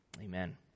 Amen